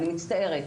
אני מצטערת.